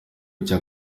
cya